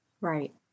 Right